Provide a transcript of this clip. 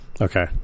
Okay